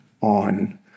on